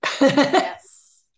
Yes